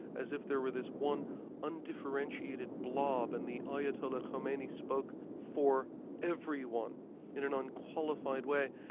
as if there were this one undifferentiated blob and the ayatollah khomeini spoke for everyone in an unqualified way.